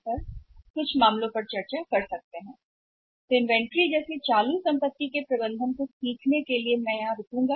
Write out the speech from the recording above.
इसलिए इन्वेंट्री के लिए या कहें कि इन्वेंट्री का प्रबंधन या सीखना कैसे एक मौजूदा संपत्ति के रूप में इन्वेंट्री का प्रबंधन करने के लिए मैं यहां रुकूंगा